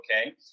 okay